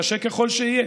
קשה ככל שיהיה,